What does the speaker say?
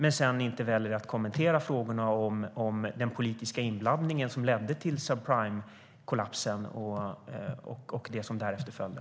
Däremot väljer han att inte kommentera frågorna om den politiska inblandning som ledde till subprimekollapsen och det som därefter följde.